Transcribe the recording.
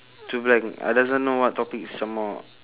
too blank I doesn't know what topic some more